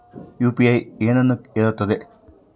UPI ಏನನ್ನು ಹೇಳುತ್ತದೆ?